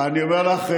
אני אומר לך,